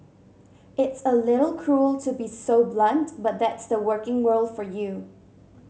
it's a little cruel to be so blunt but that's the working world for you